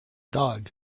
dog